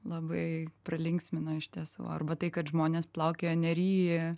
labai pralinksmino iš tiesų arba tai kad žmonės plaukioja nery